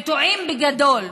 וטועים בגדול,